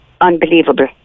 unbelievable